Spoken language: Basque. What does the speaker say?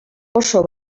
oso